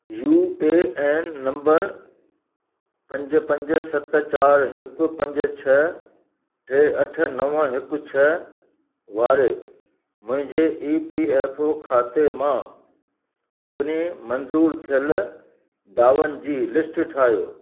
U A N number पंज पंज सत चारि हिकु पंज छह टे अठ नवं हिकु छह वारे मुहिंजे ई पी एफ ओ खाते मां सभिनी मंज़ूरु थियलु दावनि जी लिस्ट ठाहियो